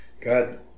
God